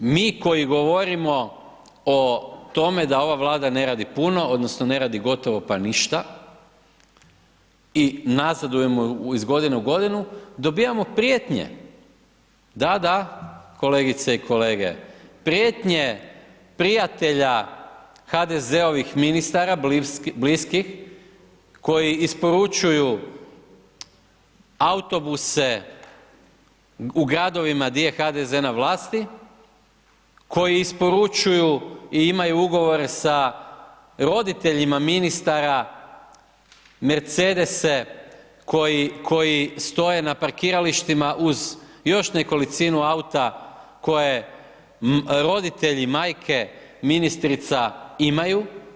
Mi koji govorimo o tome da ova Vlada neradi puno odnosno ne radi gotovo pa ništa i nazadujemo iz godine u godinu, dobivamo prijetnje, da, da kolegice i kolege, prijetnje prijatelja HDZ-ovih ministara bliskih koji isporučuju autobuse u gradovima gdje je HDZ na vlasti, koji isporučuju i imaju ugovore sa roditeljima ministara mercedese koji stoje na parkiralištima uz još nekolicinu auta koje roditelji, majke ministrica imaju.